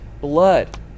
blood